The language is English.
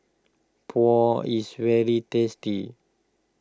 Pho is very tasty